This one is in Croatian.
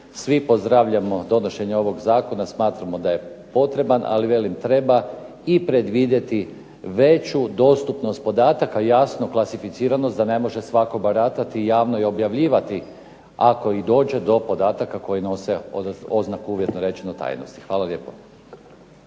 Svi pozdravljamo donošenje ovog zakona, smatramo da je potreban ali velim treba i predvidjeti veću dostupnost podataka. Jasno klasificiranost da ne može svatko baratati i javno objavljivati ako i dođe do podataka koji nose uvjetno rečeno oznaku tajnosti. Hvala lijepo.